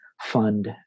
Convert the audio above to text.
fund